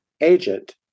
agent